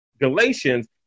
Galatians